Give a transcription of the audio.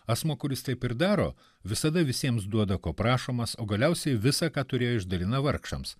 asmuo kuris taip ir daro visada visiems duoda ko prašomas o galiausiai visa ką turėjo išdalina vargšams